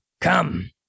come